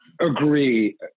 agree